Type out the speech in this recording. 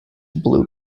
blue